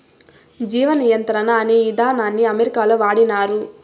జీవ నియంత్రణ అనే ఇదానాన్ని అమెరికాలో వాడినారు